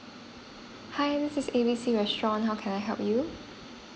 hi this is A B C restaurant how can I help you